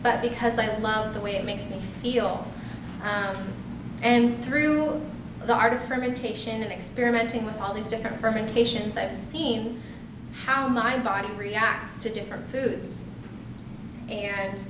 but because i love the way it makes me feel and through the art of fermentation and experimenting with all these different fermentations i've seen how my body reacts to different foods and